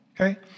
Okay